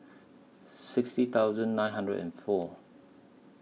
sixty thousand nine hundred and four